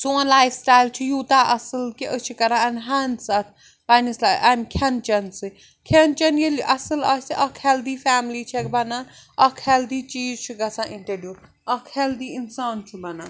سون lifestyle چھُ یوٗتاہ اَصٕل کہِ أسۍ چھِ کَران اٮ۪نہَنٕس اَتھ پنٛنِس اَمہِ کھٮ۪ن چٮ۪ن سۭتۍ کھٮ۪ن چٮ۪ن ییٚلہِ اَصٕل آسہِ اَکھ ہٮ۪لدی فیملی چیکھ بَنان اَکھ ہٮ۪لدی چیٖز چھُ گژھان اِنٹرٛڈیوٗٹ اَکھ ہٮ۪لدی اِنسان چھُ بَنان